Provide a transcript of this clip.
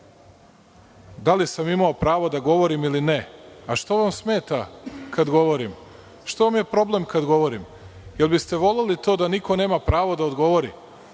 da li sam imao pravo da govorim ili ne, a što vam smeta kada govorim? Zašto vam je problem kada govorim? Da li biste voleli to da niko nema pravo da odgovori?